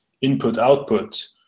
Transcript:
input-output